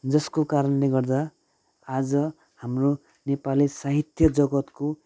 जसको कारणले गर्दा आज हाम्रो नेपाली साहित्य जगत्को